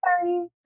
Sorry